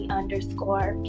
underscore